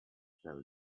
fell